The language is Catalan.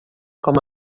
com